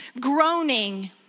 groaning